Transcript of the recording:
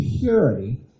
purity